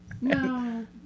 No